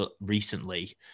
recently